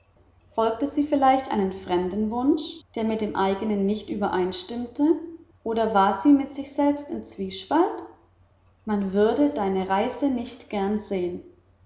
folgte sie vielleicht einem fremden wunsch der mit dem eigenen nicht übereinstimmte oder war sie mit sich selbst im zwiespalt man würde deine reise nicht gern sehen